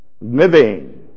Living